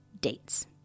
dates